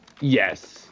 Yes